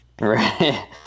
right